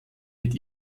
mit